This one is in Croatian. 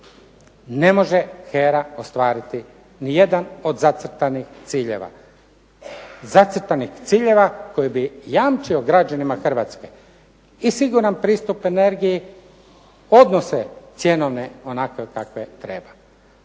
ne može HERA ostvariti ni jedan od zacrtanih ciljeva, zacrtanih ciljeva koje bi jamčio građanima Hrvatske i siguran pristup energiji, odnose cjenovne onakve kakve treba.